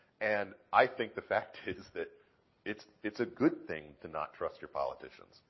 and i think the fact is that it's it's a good thing to not trust your politicians.